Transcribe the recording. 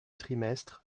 trimestres